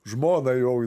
žmonai jau